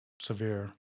severe